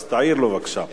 אז תעיר לו בבקשה.